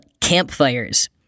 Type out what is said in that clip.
campfires